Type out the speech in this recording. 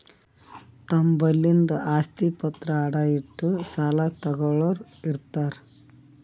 ತಮ್ ಬಲ್ಲಿಂದ್ ಆಸ್ತಿ ಪತ್ರ ಅಡ ಇಟ್ಟು ಸಾಲ ತಗೋಳ್ಳೋರ್ ಇರ್ತಾರ